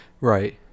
right